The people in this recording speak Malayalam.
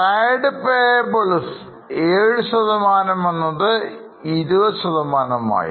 trade payables 7 എന്നതു 20 ആയി